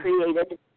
created